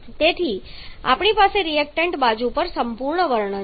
તેથી આપણી પાસે રિએક્ટન્ટ બાજુ પર સંપૂર્ણ વર્ણન છે